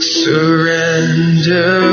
surrender